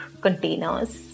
containers